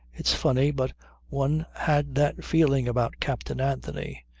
it's funny, but one had that feeling about captain anthony.